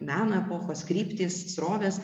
meno epochos kryptys srovės